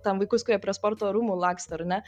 tam vaikus kurie prie sporto rūmų laksto ar ne